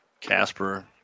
Casper